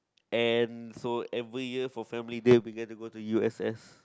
and so every year for family day we get to go to u_s_s